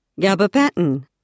Gabapentin